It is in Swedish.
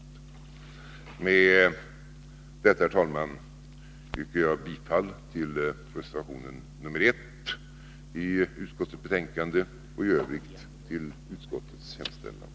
Med detta, herr talman, yrkar jag bifall till reservation nr 1 i utskottets betänkande och i övrigt till utskottets hemställan.